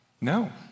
No